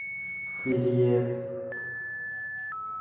ᱯᱮᱨᱤᱭᱮᱥ